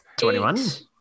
21